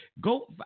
go